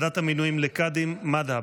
ועדת המינויים לקאדים מד'הב.